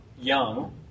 young